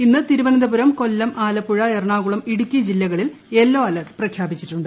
ഇന്ന് തിരുവനന്തപുരം കൊല്ലം ആലപ്പുഴ എറണാകുളം ഇടുക്കി ജില്ലകളിൽ yellow alert പ്രഖ്യാപിച്ചിട്ടുണ്ട്